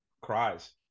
cries